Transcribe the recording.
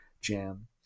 jam